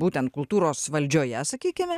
būtent kultūros valdžioje sakykime